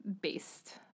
based